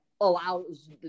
allows